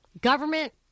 Government